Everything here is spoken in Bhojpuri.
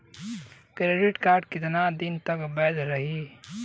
क्रेडिट कार्ड कितना दिन तक वैध रही?